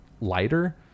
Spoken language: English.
lighter